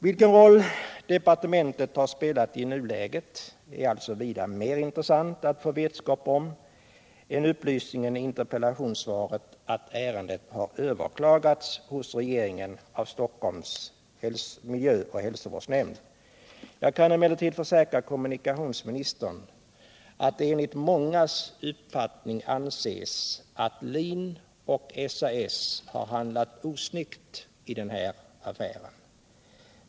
Vilken roll departementet har spelat i nuläget är alltså vida mer intressant alt få veta än upplysningen i interpellationssvaret att ärendet har överklagats hos regeringen av Stockholms miljö och hälsovårdsnämnd. Jag kan emellertid försäkra kommunikationsministern att det enligt mångas uppfattning anses att LIN och SAS har handlat osnyggt i den här affären.